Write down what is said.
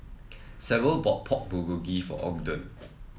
Sable bought Pork Bulgogi for Ogden